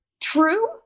true